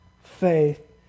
faith